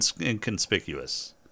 inconspicuous